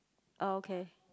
ah okay